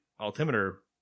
altimeter